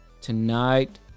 tonight